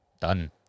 Done